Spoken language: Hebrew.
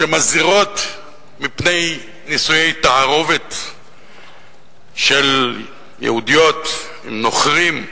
שמזהירות מפני נישואי תערובת של יהודיות עם נוכרים,